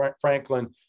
Franklin